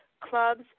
clubs